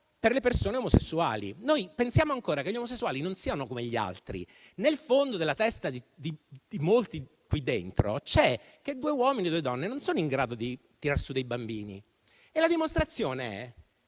per le persone omosessuali. Noi pensiamo ancora che gli omosessuali non siano come gli altri; nel fondo della testa di molti qui dentro c'è che due uomini e due donne non sono in grado di tirar su dei bambini. E la dimostrazione è